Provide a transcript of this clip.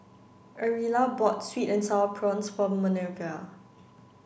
Ariella bought sweet and sour prawns for Minervia